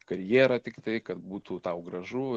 karjerą tiktai kad būtų tau gražu